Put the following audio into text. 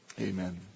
Amen